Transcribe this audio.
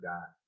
God